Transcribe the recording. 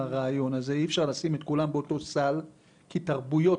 אי-אפשר לשים את כולם באותו הסל כי תרבויות